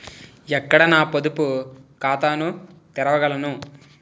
ఎక్కడ నా పొదుపు ఖాతాను తెరవగలను?